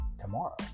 tomorrow